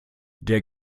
der